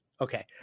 Okay